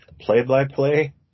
play-by-play